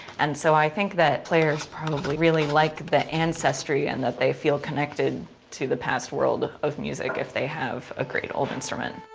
and so i think that players probably really like the ancestry and that they feel connected to the past world of music if they have a great old instrument.